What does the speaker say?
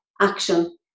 action